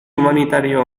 humanitario